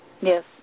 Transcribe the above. Yes